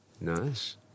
Nice